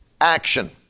action